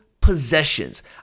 possessions